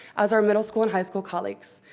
as our middle school and high school colleagues.